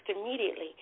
immediately